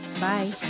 Bye